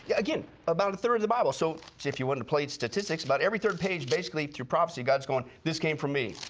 yeah again about a third of the bible, so if you want to play statistics about every third page basically through prophecy god is going, this came from me.